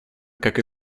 как